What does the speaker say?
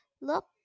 Look